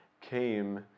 came